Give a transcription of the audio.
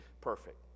perfect